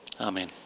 Amen